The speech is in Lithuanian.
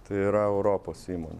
tai yra europos įmonė